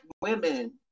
women